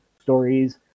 stories